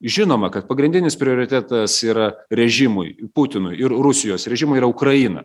žinoma kad pagrindinis prioritetas yra režimui putinui ir rusijos režimui yra ukraina